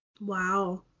wow